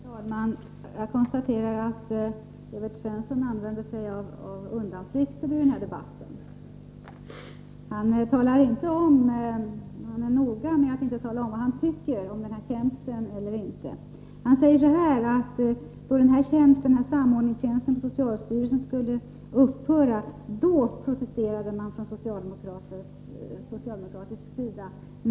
Herr talman! Jag konstaterar att Evert Svensson använder sig av undanflykter i den här debatten. Han är noga med att inte tala om vad han tycker i fråga om den här tjänsten. Han säger, att när den här samordningstjänsten på socialstyrelsen skulle upphöra, protesterade man från socialdemokratiskt håll.